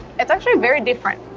it's actually very different.